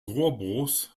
rohrbruchs